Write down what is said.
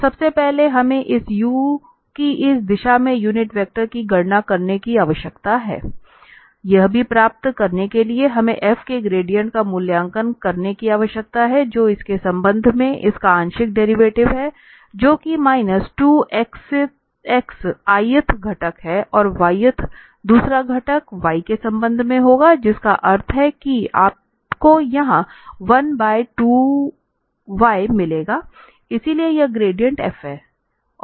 तो सबसे पहले हमें इस U की इस दिशा में यूनिट वेक्टर की गणना करने की आवश्यकता है यह भी प्राप्त करने के लिए हमें f के ग्रेडिएंट का मूल्यांकन करने की आवश्यकता है जो इसके संबंध में इसका आंशिक डेरिवेटिव है जो कि माइनस 2 x ith घटक है और yth दूसरा घटक y के संबंध में होगा जिसका अर्थ है कि आपको यहां 1 बाय 2y मिलेगा इसलिए यह ग्रेडिएंट f है